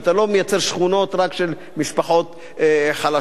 ואתה לא מייצר שכונות רק של משפחות חלשות.